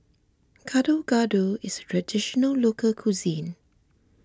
Gado Gado is Traditional Local Cuisine